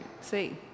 see